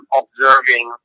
observing